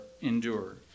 endure